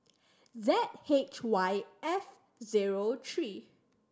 Z H Y F zero three